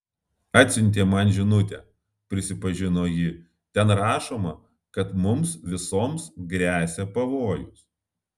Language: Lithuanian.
atsiuntė man žinutę prisipažino ji ten rašoma kad mums visoms gresia pavojus